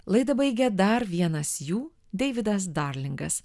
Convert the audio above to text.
laidą baigė dar vienas jų deividas darlingas